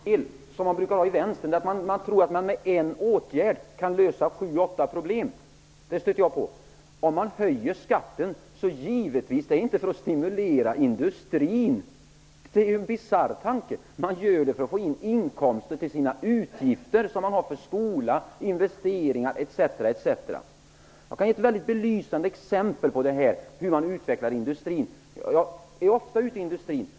Herr talman! Det finns ett kardinalfel, som man brukar ha inom Vänstern, där man tror att man med en åtgärd kan lösa sju åtta problem. Det stöter jag på. Om man höjer skatten är det givetvis inte för att stimulera industrin. Det vore en bisarr tanke. Man gör det för att få inkomster till de utgifter man har för skola, investeringar etc. Jag kan ge ett belysande exempel på hur man utvecklar industrin. Jag är ofta ute i industrin.